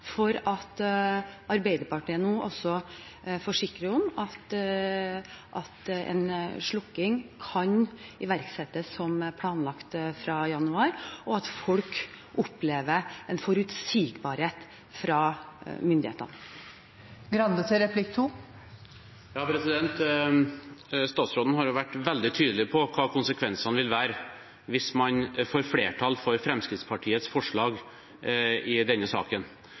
for at Arbeiderpartiet nå også forsikrer om at en slukking kan iverksettes som planlagt fra januar, og at folk opplever en forutsigbarhet fra myndighetene. Statsråden har vært veldig tydelig på hva konsekvensene vil være hvis man får flertall for Fremskrittspartiets forslag i denne saken,